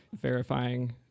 verifying